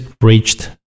reached